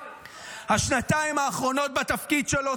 השנתיים האחרונות בתפקיד שלו,